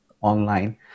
online